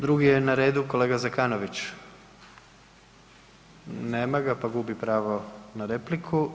Drugi je na redu kolega Zekanović, nema ga, pa gubi pravo na repliku.